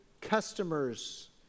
customers